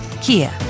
Kia